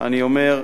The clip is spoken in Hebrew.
אני אומר: